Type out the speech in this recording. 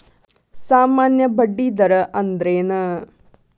ಸಾಮಾನ್ಯ ಬಡ್ಡಿ ದರ ಅಂದ್ರೇನ?